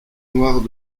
noires